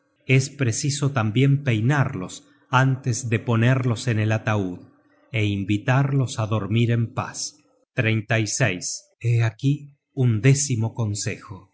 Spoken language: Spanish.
es preciso tambien peinarlos antes de ponerlos en el ataud é invitarlos á dormir en paz hé aquí un décimo consejo